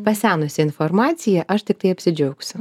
pasenusi informacija aš tiktai apsidžiaugsiu